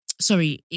Sorry